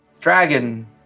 Dragon